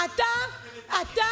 תודה.